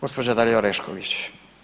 Gospođa Dalija Orešković.